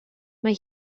mae